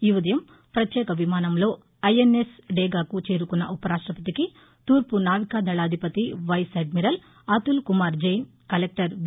ఈ ఉదయం ప్రత్యేక విమానంలో ఐఎస్ఎస్ డేగాకు చేరుకున్న ఉ పరాష్టపతికి తూర్పు నావికా దళాధిపతి vice admiral Atul Kumar Jain collector వి